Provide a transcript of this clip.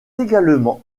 également